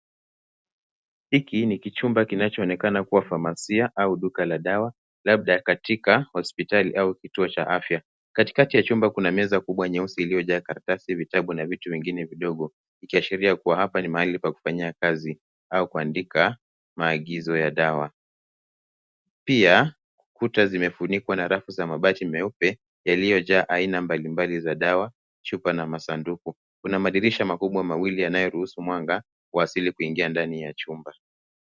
Hiki ni kichumba kinachoonekana kuwa famasia au duka la dawa labda katika hospitali au kituo cha afya. Katikati ya chumba kuna meza kubwa nyeusi iliyojaa karatasi, vitabu na vitu vingine vidogo ikiashiria kuwa hapa ni mahali pa kufanyia kazi au kuandika maagizo ya dawa. Pia, kuta zimefunikwa na rafu za mabati meupe yaliyojaa aina mbalimbali dawa, chupa na masanduku. Kuna madirisha makubwa mawili yanayoruhusu mwanga wa asili kuingia ndani ya chumba.